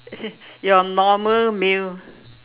your normal meal